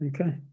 Okay